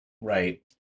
right